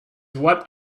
what